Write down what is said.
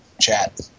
chat